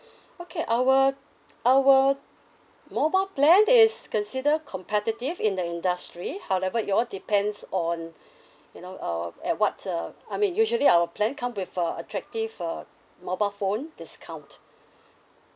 okay our our mobile plan is consider competitive in the industry however it all depends on you know uh at what uh I mean usually our plan come with a attractive uh mobile phone discount